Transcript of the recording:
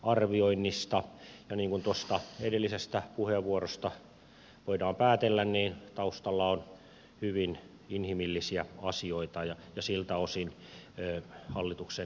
niin kuin tuosta edellisestä puheenvuorosta voidaan päätellä taustalla on hyvin inhimillisiä asioita ja siltä osin hallituksen esitys on perusteltu